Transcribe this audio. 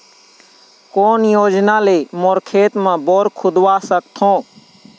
कोन योजना ले मोर खेत मा बोर खुदवा सकथों?